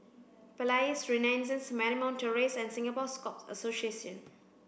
Palais Renaissance Marymount Terrace and Singapore Scout Association